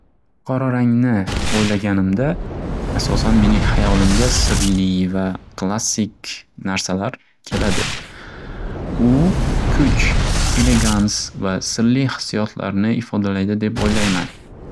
Qora rangni o'ylaganimda asosan mening hayolimga sirli va klassik narsalar keladi. U kuch, elegans va sirli hissiyotlarni ifodalaydi deb o'ylayman.